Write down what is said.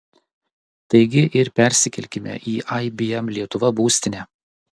taigi ir persikelkime į ibm lietuva būstinę